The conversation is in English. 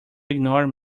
ignore